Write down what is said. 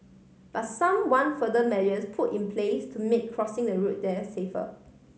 but some want further measures put in place to make crossing the road there safer